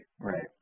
Right